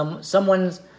Someone's